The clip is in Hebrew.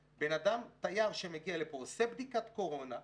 תייר שמגיע לפה עושה בדיקת קורונה,